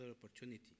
opportunity